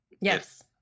Yes